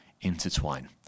intertwine